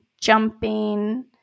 jumping